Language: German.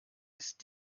ist